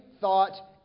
thought